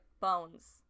bones